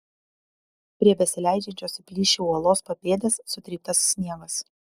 prie besileidžiančios į plyšį uolos papėdės sutryptas sniegas